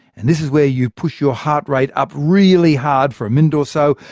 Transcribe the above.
and this is where you push your heart rate up really hard for a minute or so,